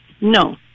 No